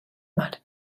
mar